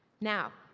now,